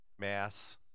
Mass